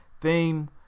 theme